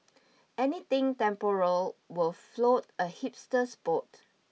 anything temporal will float a hipster's boat